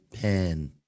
pen